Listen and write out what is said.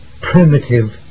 primitive